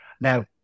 Now